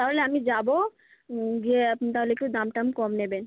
তাহলে আমি যাবো গিয়ে আপনি তাহলে একটু দাম টাম কম নেবেন